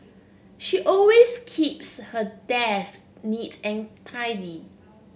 she always keeps her desk neat and tidy